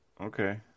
Okay